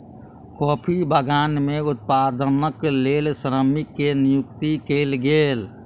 coffee बगान में उत्पादनक लेल श्रमिक के नियुक्ति कयल गेल